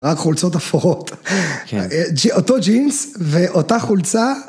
רק חולצות אפורות, אותו ג'ינס ואותה חולצה